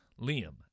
liam